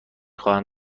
خوام